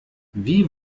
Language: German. wie